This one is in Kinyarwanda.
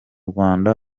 rwanda